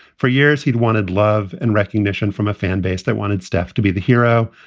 for years, he'd wanted love and recognition from a fan base that wanted steph to be the hero.